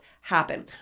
happen